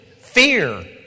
fear